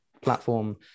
platform